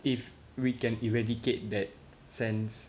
if we can eradicate that sense